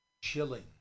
Chilling